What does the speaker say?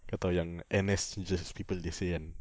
kau tahu yang N_S changes people they say kan